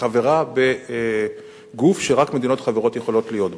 כחברה בגוף שרק מדינות חברות יכולות להיות בו.